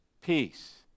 peace